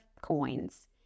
coins